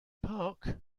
park